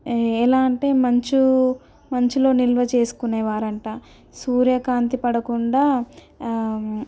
ఎలా అంటే మంచు మంచులో నిల్వ చేసుకునేవారంట సూర్యకాంతి పడకుండా